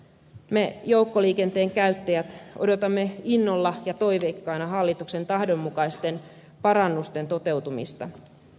me joukkoliikenteen käyttäjät odotamme innolla ja toiveikkaina hallituksen tahdon mukaisten parannusten toteutumista